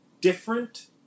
different